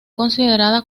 considerada